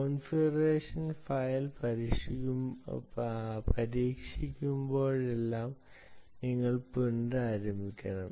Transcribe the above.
configuration file പരിഷ്ക്കരിക്കുമ്പോഴെല്ലാം നിങ്ങൾ പുനരാരംഭിക്കണം